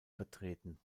vertreten